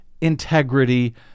integrity